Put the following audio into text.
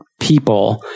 people